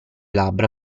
labbra